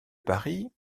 paris